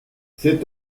cet